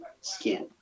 skin